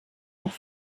auch